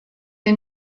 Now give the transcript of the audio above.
est